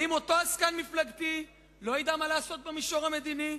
ואם אותו עסקן מפלגתי לא ידע מה לעשות במישור המדיני,